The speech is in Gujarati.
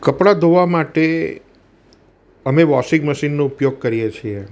કપડા ધોવા માટે અમે વોશિંગ મશીનનો ઉપયોગ કરીએ છીએ